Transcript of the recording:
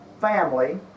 family